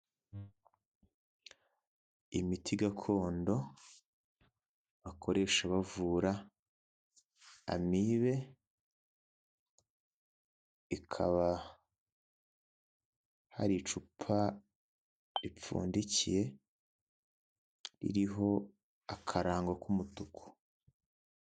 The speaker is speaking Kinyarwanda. Imiti gakondo bakoresha bavura amibe ikaba hari icupa ripfundikiye iriho akarango k'umutuku.